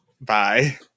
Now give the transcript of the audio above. bye